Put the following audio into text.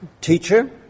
teacher